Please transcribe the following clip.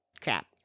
crap